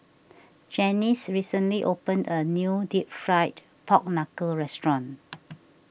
Janis recently opened a new Deep Fried Pork Knuckle restaurant